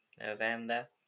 November